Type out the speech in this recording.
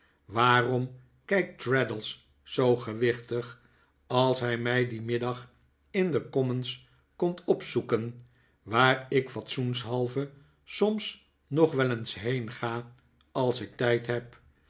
waarom kijkt traddles zoo gewichtig als hij mij dien middag in de commons komt opzoeken waar ik fatsoenshalve soms nog wel eens heen ga als ik tijd heb